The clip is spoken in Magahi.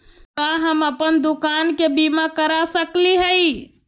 का हम अप्पन दुकान के बीमा करा सकली हई?